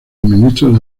suministros